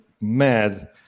mad